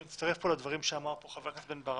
ואני מצטרף פה לדברים שאמר פה חבר הכנסת בן ברק.